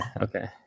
okay